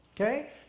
okay